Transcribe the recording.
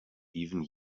even